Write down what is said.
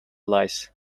lice